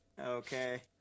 Okay